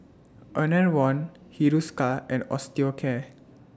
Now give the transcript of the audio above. Enervon Hiruscar and Osteocare